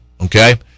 okay